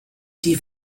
die